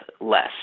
less